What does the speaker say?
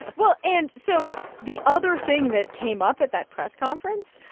well and so the other thing that came up at that press conference,